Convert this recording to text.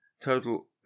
total